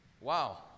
Wow